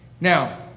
Now